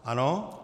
Ano?